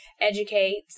educates